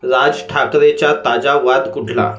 राज ठाकरेचा ताजा वाद कुठला